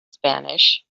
spanish